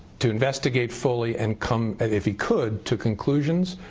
to investigate fully and come, if he could, to conclusions.